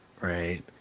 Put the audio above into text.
Right